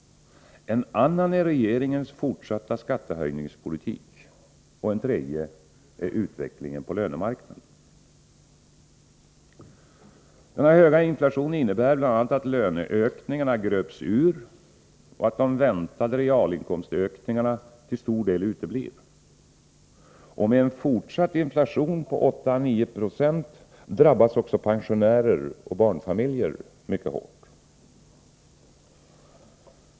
En annan är regeringens fortsatta skattehöjningspolitik. En tredje är utvecklingen på lönemarknaden. Den höga inflationen innebär bl.a. att löneökningarna gröps ur och att de väntade realinkomstökningarna till stor del uteblir. Och med en fortsatt inflation på 8å9 96 drabbas också pensionärer och barnfamiljer mycket hårt.